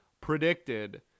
predicted